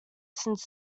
since